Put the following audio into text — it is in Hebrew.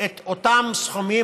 את אותם סכומים.